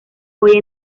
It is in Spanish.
hoy